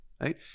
right